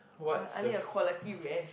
qua~ I need a quality rest